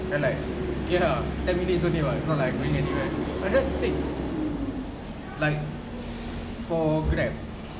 and like okay ah ten minutes only [what] not like I going anywhere I just take like for Grab